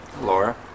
Laura